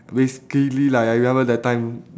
basically like I remember that time